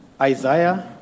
Isaiah